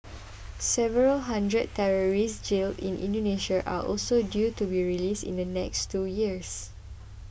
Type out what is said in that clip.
several hundred terrorists jailed in Indonesia are also due to be released in the next two years